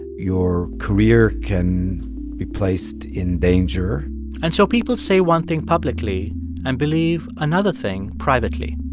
your career can be placed in danger and so people say one thing publicly and believe another thing privately.